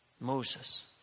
Moses